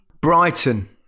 Brighton